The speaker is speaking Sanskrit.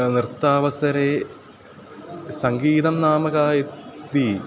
नृत्तावसरे सङ्गीतं नाम का इति इति